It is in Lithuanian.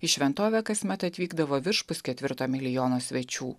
į šventovę kasmet atvykdavo virš pusketvirto milijono svečių